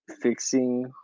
fixing